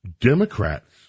Democrats